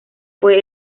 fue